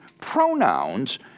pronouns